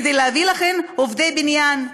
כדי להביא לכאן עובדי בניין.